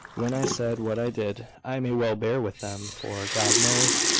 when i said what i did. i may well bear with them for, god knows,